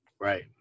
Right